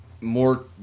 more